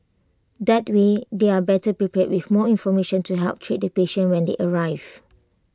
that way they are better prepared with more information to help treat the patient when they arrive